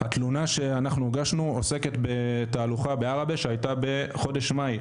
התלונה שאנחנו הגשנו עוסקת בתהלוכה בערבה שהייתה בחודש מאי,